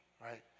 Right